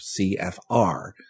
CFR